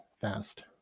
fast